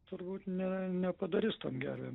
turbūt ne nepadori su tom gervėm